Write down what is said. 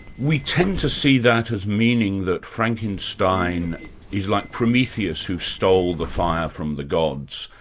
we tend to see that as meaning that frankenstein is like prometheus, who stole the fire from the gods.